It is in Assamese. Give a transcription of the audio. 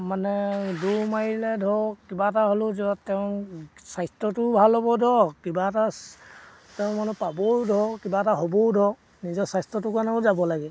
মানে দৌৰ মাৰিলে ধৰক কিবা এটা হ'লেও য'ত তেওঁ স্বাস্থ্যটোও ভাল হ'ব ধৰক কিবা এটা তেওঁ মানে পাবও ধৰক কিবা এটা হ'বও ধৰক নিজৰ স্বাস্থ্যটোৰ কাৰণেও যাব লাগে